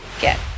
get